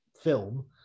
film